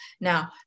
Now